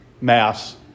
mass